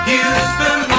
Houston